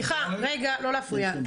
סליחה, לא להפריע.